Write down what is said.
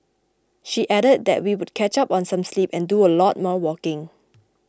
she added that she would catch up on some sleep and do a lot more walking